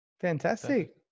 Fantastic